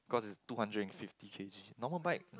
cause it's two hundred and fifty K_G normal bike